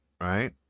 right